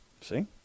See